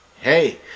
hey